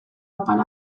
apal